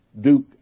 Duke